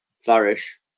flourish